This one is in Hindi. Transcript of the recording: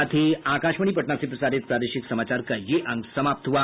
इसके साथ ही आकाशवाणी पटना से प्रसारित प्रादेशिक समाचार का ये अंक समाप्त हुआ